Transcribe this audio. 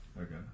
Okay